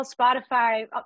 Spotify